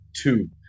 two